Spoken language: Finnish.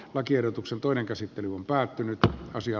lakiehdotuksen toinen käsittely on päättynyt ja asia